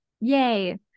Yay